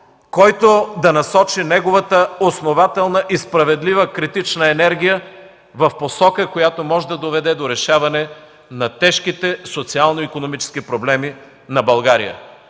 да насочи неговата основателна и справедлива критична енергия в посока, която може да доведе до решаване на тежките социално-икономически проблеми на България.